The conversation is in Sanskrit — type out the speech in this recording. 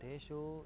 तेषु